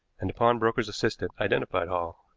and the pawnbroker's assistant identified hall.